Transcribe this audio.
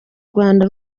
rwanda